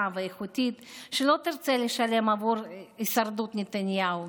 ואיכותית שלא תרצה לשלם עבור הישרדות נתניהו.